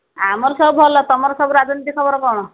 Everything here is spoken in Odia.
ଆମର ସବୁ ଭଲ ତୁମର ସବୁ ରାଜନୀତି ଖବର କ'ଣ